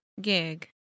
Gig